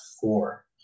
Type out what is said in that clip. four